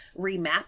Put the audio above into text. remap